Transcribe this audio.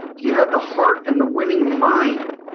do you have the heart and the winning mind?